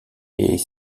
est